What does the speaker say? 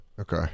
Okay